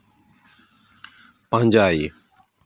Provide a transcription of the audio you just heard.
ᱯᱟᱸᱡᱟᱭ